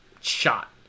shot